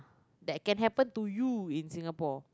that can happen to you in Singapore